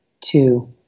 two